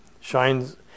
Shines